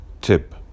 Tip